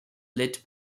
lit